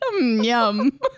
Yum